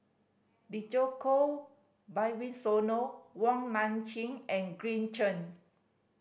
Djoko Wibisono Wong Nai Chin and Green Zeng